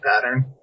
pattern